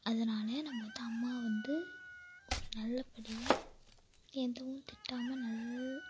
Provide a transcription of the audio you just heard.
அதனால் நம்ம வந்து அம்மாவை வந்து ஒரு நல்ல படியாக எதுவும் திட்டாமல் நல்லா அம்மாவுக்கு வந்து